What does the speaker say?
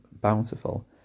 bountiful